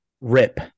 Rip